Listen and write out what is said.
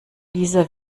dieser